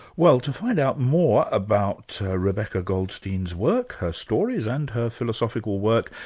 well, to find out more about rebecca goldstein's work, her stories, and her philosophical work,